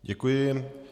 Děkuji.